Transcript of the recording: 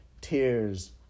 Tears